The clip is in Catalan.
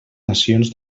nacions